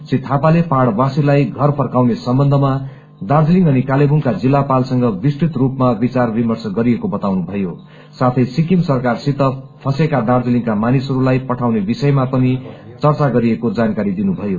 श्री थापाले पहाड़वासीलाई घर फर्काउने सम्बन्धमा दार्जीलिङ अनि कालेबुङका जिल्लापालसँग विस्तृत रूपमा विचार विमर्श गरिएको बताउनु भयो साथै सिक्किम सरकारसित फँसेका दार्जीलिङका मानिसहरूलाई पठाउने विषयमा पनि चर्चा गरिएको जानकारी दिनुभयो